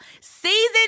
season